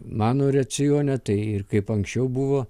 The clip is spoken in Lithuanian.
mano racione tai ir kaip anksčiau buvo